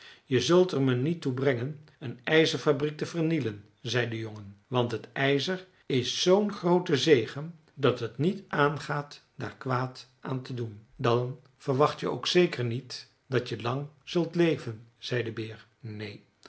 je zult er me niet toe brengen een ijzerfabriek te vernielen zei de jongen want het ijzer is zoo'n groote zegen dat het niet aangaat daar kwaad aan te doen dan verwacht je ook zeker niet dat je lang zult leven zei de beer neen